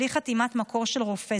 בלי חתימת מקור של רופא,